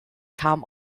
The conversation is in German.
kamen